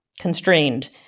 constrained